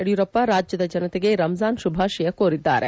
ಯಡಿಯೂರಪ್ಪ ರಾಜ್ಯದ ಜನತೆಗೆ ರಂಜಾನ್ ಶುಭಾಶಯ ಕೋರಿದ್ಲಾರೆ